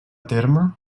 terme